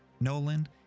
Nolan